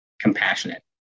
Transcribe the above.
compassionate